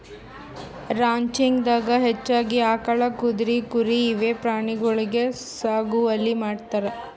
ranching ದಾಗಾ ಹೆಚ್ಚಾಗಿ ಆಕಳ್, ಕುದ್ರಿ, ಕುರಿ ಇವೆ ಪ್ರಾಣಿಗೊಳಿಗ್ ಸಾಗುವಳಿ ಮಾಡ್ತಾರ್